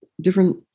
different